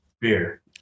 beer